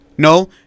No